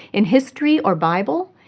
in history or bible,